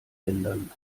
rendern